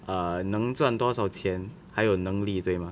err 能赚多少钱还有能力对吗